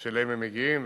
שאליהן הם מגיעים,